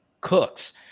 Cooks